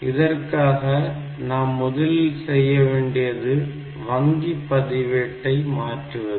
இதற்காக நாம் முதலில் செய்ய வேண்டியது வங்கி பதிவேட்டை மாற்றுவது